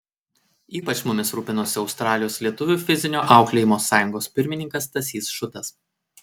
ypač mumis rūpinosi australijos lietuvių fizinio auklėjimo sąjungos pirmininkas stasys šutas